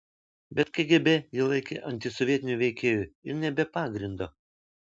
bet kgb jį laikė antisovietiniu veikėju ir ne be pagrindo